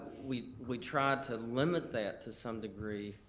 we we tried to limit that to some degree,